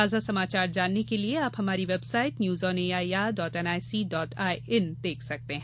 ताजा समाचार जानने के लिए आप हमारी website news on A I R dot N I C dot I N देख सकते हैं